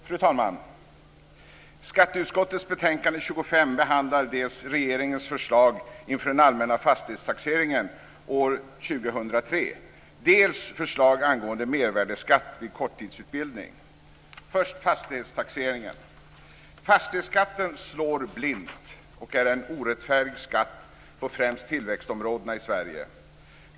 Fru talman! I skatteutskottets betänkande 25 behandlas dels regeringens förslag inför den allmänna fastighetstaxeringen år 2003, dels förslag angående mervärdesskatt vid korttidsutbildning. Först ska jag ta upp fastighetstaxeringen. Fastighetsskatten slår blint och är en orättfärdig skatt på främst tillväxtområdena i Sverige.